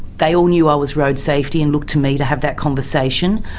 they all knew i was road safety and looked to me to have that conversation,